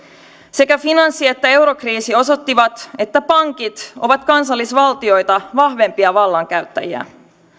sekä finanssi että eurokriisi osoittivat että pankit ovat kansallisvaltioita vahvempia vallankäyttäjiä